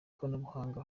ikoranabuhanga